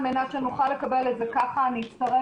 על מנת שנוכל לקבל את זה ככה אני אצטרך